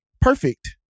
perfect